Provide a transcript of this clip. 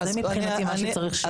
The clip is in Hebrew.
זה מבחינתי מה שצריך שיהיה.